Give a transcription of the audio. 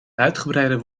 uitgebreide